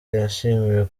yashimiwe